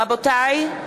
רבותי,